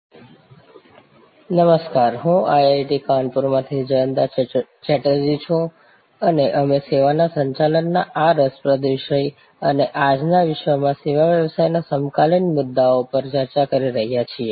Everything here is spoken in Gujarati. સેવાઓની ગ્રાહક સહ નિર્માણ નમસ્કાર હું IIT કાનપુરમાંથી જયંતા ચેટર્જી છું અને અમે સેવાઓના સંચાલનના આ રસપ્રદ વિષય અને આજના વિશ્વમાં સેવા વ્યવસાયમાં સમકાલીન મુદ્દાઓ પર ચર્ચા કરી રહ્યા છીએ